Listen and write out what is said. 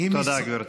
תודה, גברתי.